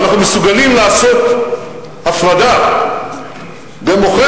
ואנחנו מסוגלים לעשות הפרדה במוחנו,